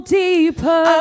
deeper